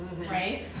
right